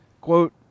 Quote